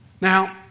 Now